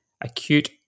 acute